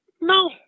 No